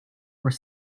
were